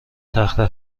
تخته